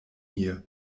hier